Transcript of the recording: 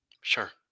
Sure